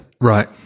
Right